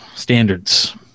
standards